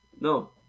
no